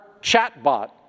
chatbot